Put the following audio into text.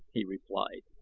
he replied,